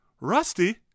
Rusty